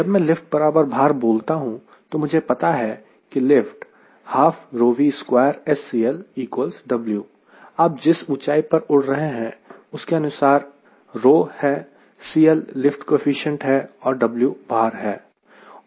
जब मैं लिफ्ट बराबर भार बोलता हूं तो मुझे पता है कि लिफ्ट 12 V2SCLW आप जिस ऊंचाई पर उड़ रहे हैं उसके अनुसार है CL लिफ्ट कोएफिशिएंट और W भार है